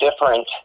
different